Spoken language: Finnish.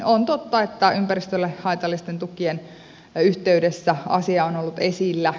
on totta että ympäristölle haitallisten tukien yhteydessä asia on ollut esillä